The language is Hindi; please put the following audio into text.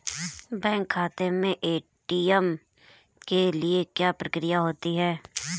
बैंक खाते में ए.टी.एम के लिए क्या प्रक्रिया होती है?